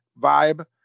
vibe